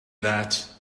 that